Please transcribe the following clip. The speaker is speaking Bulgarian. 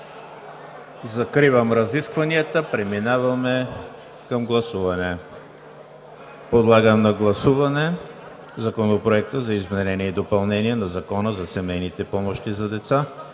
Закривам разискванията. Преминаваме към гласуване. Подлагам на гласуване Законопроект за изменение и допълнение на Закона за семейните помощи за деца,